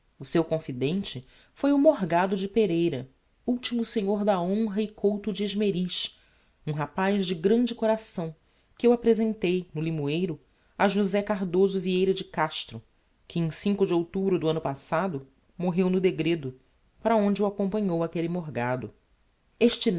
o seu confidente foi o morgado de pereira ultimo senhor da honra e couto de esmeriz um rapaz de grande coração que eu apresentei no limoeiro a josé cardoso vieira de castro que em de outubro do anno passado morreu no degredo para onde o acompanhou aquelle morgado este